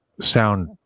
sound